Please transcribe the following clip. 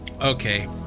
Okay